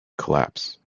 collapse